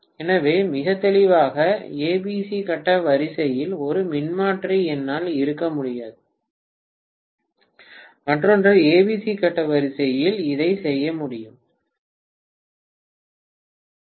எனவே மிக தெளிவாக ஏபிசி கட்ட வரிசையில் ஒரு மின்மாற்றி என்னால் இருக்க முடியாது மற்றொன்று ஏசிபி கட்ட வரிசையில் இதை செய்ய முடியாது